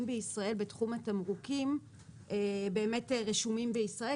בישראל בתחום התמרוקים באמת רשומים בישראל.